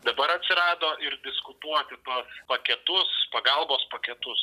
dabar atsirado ir diskutuoti tuos paketus pagalbos paketus